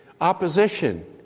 opposition